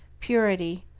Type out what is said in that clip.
purity,